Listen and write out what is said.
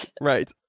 Right